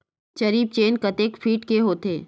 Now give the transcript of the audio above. जरीब चेन कतेक फीट के होथे?